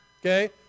okay